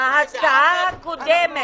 בפעם הקודמת